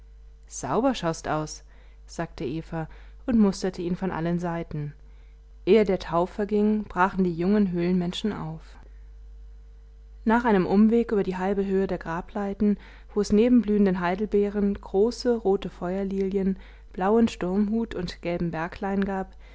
sauber schaust aus sagte eva und musterte ihn von allen seiten ehe der tau verging brachen die jungen höhlenmenschen auf nach einem umweg über die halbe höhe der grableiten wo es neben blühenden heidelbeeren große rote feuerlilien blauen sturmhut und gelben berg lein gab